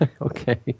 Okay